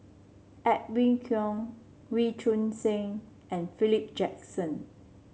Edwin Koek Wee Choon Seng and Philip Jackson